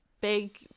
big